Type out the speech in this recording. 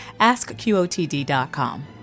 AskQOTD.com